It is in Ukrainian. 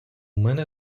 мене